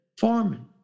farming